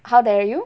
how dare you